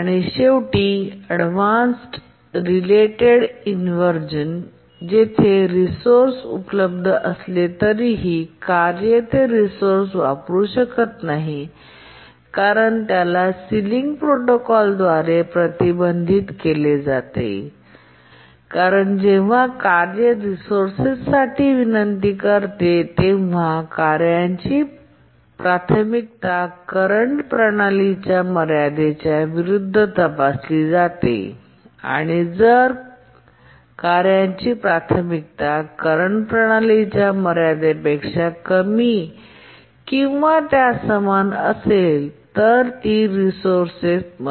आणि शेवटी avoidance related inversion जेथे रिसोर्स उपलब्ध असले तरीही कार्य ते रिसोर्स वापरू शकत नाही कारण त्याला सिलिंग प्रोटोकॉल द्वारे प्रतिबंधित केले जाते कारण जेव्हा कार्य रिसोर्ससाठी विनंती करते तेव्हा कार्यची प्राथमिकता करंट प्रणालीच्या मर्यादेच्याविरूद्ध तपासली जाते आणि जर कार्यांची प्राथमिकता करंट प्रणालीच्या मर्यादेपेक्षा कमी किंवा त्या समान असेल तर ती रिसोर्सत